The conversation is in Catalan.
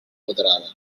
moderada